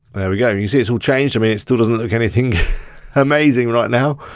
there we go, you see it's all changed. i mean it still doesn't look anything amazing right now,